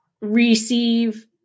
receive